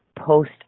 post